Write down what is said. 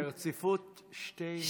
היו ברציפות שתי נשים.